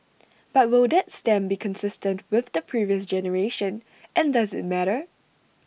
but will that stamp be consistent with the previous generation and does IT matter